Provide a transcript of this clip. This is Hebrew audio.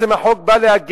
על זה בעצם החוק בא להגן,